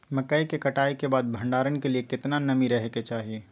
मकई के कटाई के बाद भंडारन के लिए केतना नमी रहै के चाही?